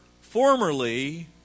formerly